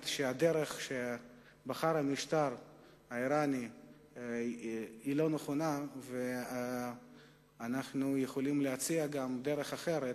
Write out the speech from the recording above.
שהדרך שבחר המשטר האירני היא לא נכונה ואנחנו יכולים להציע גם דרך אחרת,